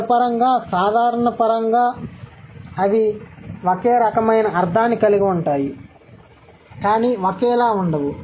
అర్థపరంగా సాధారణంగా అవి ఒకే రకమైన అర్థాన్ని కలిగి ఉంటాయి కానీ ఒకేలా ఉండవు